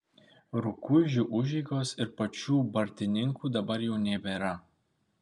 rukuižų užeigos ir pačių bartininkų dabar jau nebėra